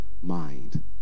mind